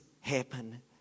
happen